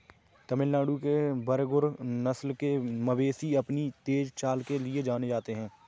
तमिलनाडु के बरगुर नस्ल के मवेशी अपनी तेज चाल के लिए जाने जाते हैं